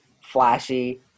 flashy